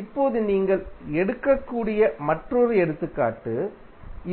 இப்போது நீங்கள் எடுக்கக்கூடிய மற்றொரு எடுத்துக்காட்டு